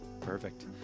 Perfect